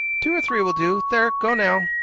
two or three will do. there! go now.